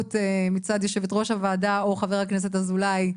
התערבות מצד יושבת ראש הוועדה או חבר הכנסת אזולאי,